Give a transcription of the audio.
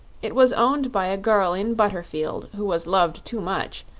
it was owned by a girl in butterfield who was loved too much,